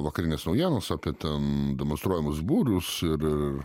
vakarinės naujienos apie ten demonstruojamus būrius ir